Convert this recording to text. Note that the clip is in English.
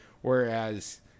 Whereas